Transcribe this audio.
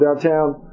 downtown